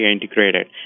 integrated